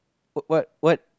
w~ what what